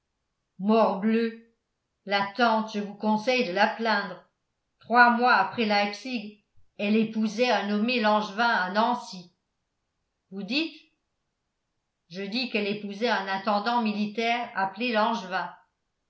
morbleu la tante je vous conseille de la plaindre trois mois après leipzig elle épousait un nommé langevin à nancy vous dites je dis qu'elle épousait un intendant militaire appelé langevin